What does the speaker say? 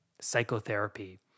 psychotherapy